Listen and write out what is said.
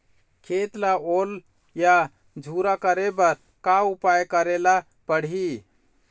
खेत ला ओल या झुरा करे बर का उपाय करेला पड़ही?